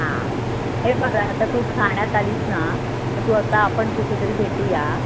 हां हे बघा आता तू ठाण्यात आलीस ना तर तू आता आपण कुठेतरी भेटूया